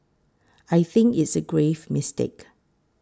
I think it's a grave mistake